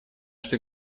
что